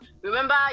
remember